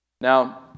Now